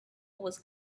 was